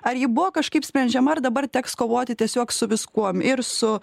ar ji buvo kažkaip sprendžiama ar dabar teks kovoti tiesiog su viskuom ir su